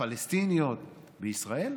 הפלסטיניות בישראל?